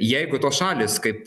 jeigu tos šalys kaip